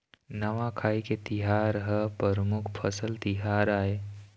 नवाखाई के तिहार ह परमुख फसल तिहार आय